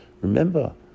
Remember